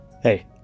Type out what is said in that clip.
Hey